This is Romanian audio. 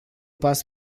pas